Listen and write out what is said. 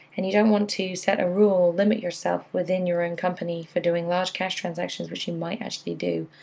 and you don't want to set a rule, limit yourself within within your own company for doing large cash transactions which you might actually do,